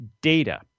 data